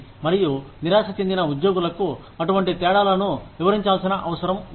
మరియు నిరాశ చెందిన ఉద్యోగులకు అటువంటి తేడాలను వివరించాల్సిన అవసరం ఉంది